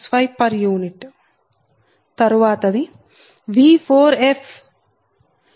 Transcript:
తరువాతది V4f